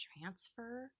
transfer